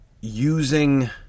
using